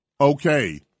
okay